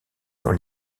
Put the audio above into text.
dans